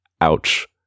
ouch